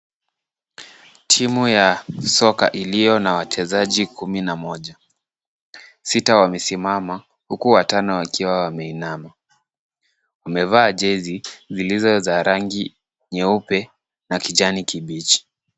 Timu ya soka iliyo na wachezaji kumi na moja ,sita wamesimama huku watano wakiwa wameinamabwamevaa jezi zilizo za rangi nyeupe na kijani kibichi.